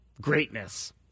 greatness